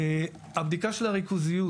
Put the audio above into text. הבדיקה של הריכוזיות